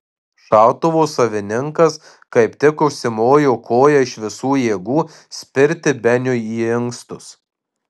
šautuvo savininkas kaip tik užsimojo koja iš visų jėgų spirti beniui į inkstus